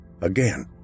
Again